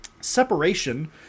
Separation